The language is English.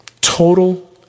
Total